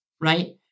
Right